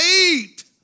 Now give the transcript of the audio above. eat